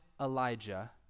Elijah